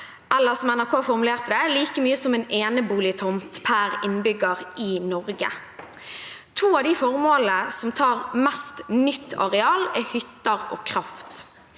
eller som NRK formulerte det: like mye som en eneboligtomt per innbygger i Norge. To av de formålene som tar mest nytt areal, er hytter og kraft.